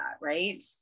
Right